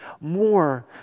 more